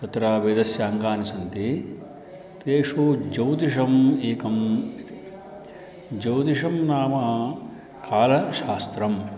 तत्र वेदस्य अङ्गानि सन्ति तेषु ज्योतिषम् एकम् इति ज्योतिषं नाम कालशास्त्रम्